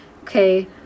okay